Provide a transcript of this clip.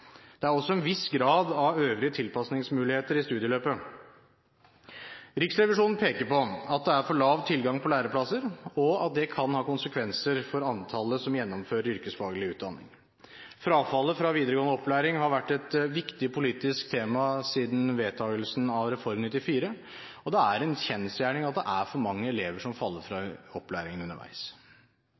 Det er også en viss grad av øvrige tilpasningsmuligheter i studieløpet. Riksrevisjonen peker på at det er for lav tilgang på læreplasser, og at det kan ha konsekvenser for antallet som gjennomfører yrkesfaglig utdanning. Frafallet fra videregående opplæring har vært et viktig politisk tema siden vedtakelsen av Reform 94, og det er en kjensgjerning at det er for mange elever som faller fra opplæringen underveis.